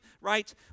right